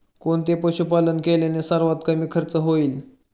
कोणते पशुपालन केल्याने सर्वात कमी खर्च होईल?